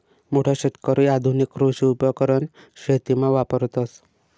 मोठा शेतकरी आधुनिक कृषी उपकरण शेतीमा वापरतस